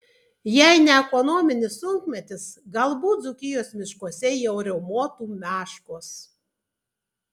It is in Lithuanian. jei ne ekonominis sunkmetis galbūt dzūkijos miškuose jau riaumotų meškos